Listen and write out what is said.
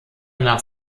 nach